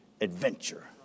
adventure